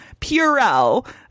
purell